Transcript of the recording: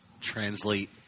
translate